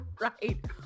Right